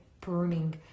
burning